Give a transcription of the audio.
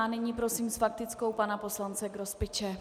Nyní prosím s faktickou pana poslance Grospiče.